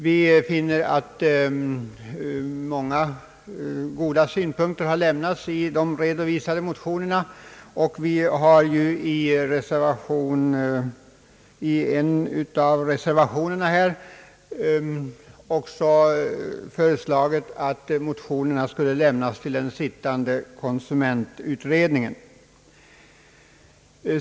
Vi finner att många goda synpunkter har anförts i de redovisade motionerna, och vi har i en av reservationerna också föreslagit att motionerna skulle lämnas till den sittande konsumentutredningen.